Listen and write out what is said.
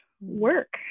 work